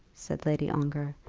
said lady ongar.